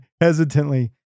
hesitantly